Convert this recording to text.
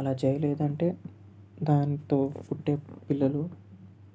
అలా చేయలేదంటే దానితో పుట్టే పిల్లలు